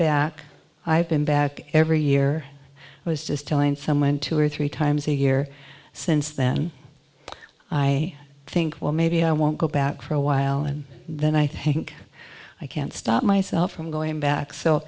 back i've been back every year i was just telling someone two or three times a year since then i think well maybe i won't go back for a while and then i think i can't stop myself from going back so